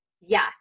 Yes